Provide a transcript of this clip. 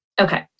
Okay